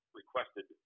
requested